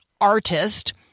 artist